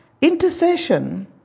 intercession